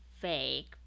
fake